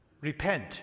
Repent